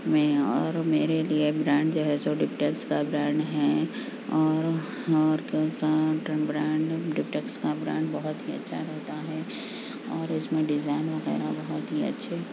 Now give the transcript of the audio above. میں اور میرے لیے برانڈ جو ہے سو ڈکٹس کا برانڈ ہے اور اور کوساٹن برانڈ ڈکٹکس کا برانڈ بہت ہی اچھا ہوتا ہے اور اس میں ڈیزائن وغیرہ بہت ہی اچھے